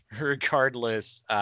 regardless